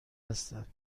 هستند